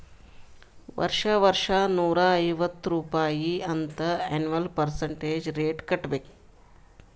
ವರ್ಷಾ ವರ್ಷಾ ನೂರಾ ಐವತ್ತ್ ರುಪಾಯಿ ಅಂತ್ ಎನ್ವಲ್ ಪರ್ಸಂಟೇಜ್ ರೇಟ್ ಕಟ್ಟಬೇಕ್